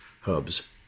hubs